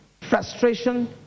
frustration